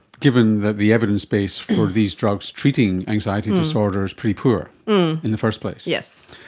given that the evidence base for these drugs treating anxiety disorder is pretty poor in the first place. yes.